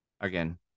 Again